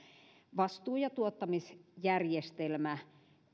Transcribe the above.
vastuu ja tuottamisjärjestelmä